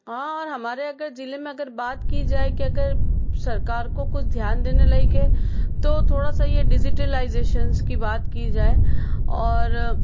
आँ और हमारे अगर जिले में अगर बात की जाए कि अगर सरकार को कुछ ध्यान देने लायक है तो थोड़ा सा ये डिज़िटलाइज़ेशन्स की बात की जाए और